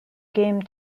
game